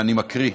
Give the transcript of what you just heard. אני מקריא: